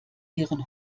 ihren